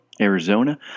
Arizona